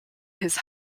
his